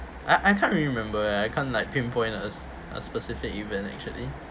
I I can't remember I can't like pinpoint a a specific event actually